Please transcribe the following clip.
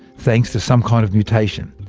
thanks to some kind of mutation.